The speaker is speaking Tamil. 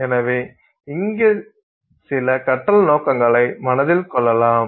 எனவே இங்கே சில கற்றல் நோக்கங்களை மனதில் கொள்ளலாம்